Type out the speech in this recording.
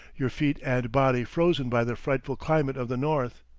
your feet and body frozen by the frightful climate of the north.